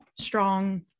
strong